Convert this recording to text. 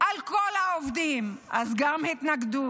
על כל העובדים, אז גם התנגדות,